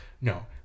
no